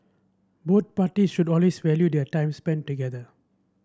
both parties should always value their time spent together